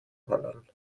ballern